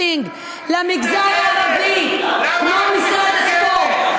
איזה משרד ביטל מצ'ינג למגזר הערבי כמו משרד הספורט?